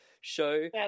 show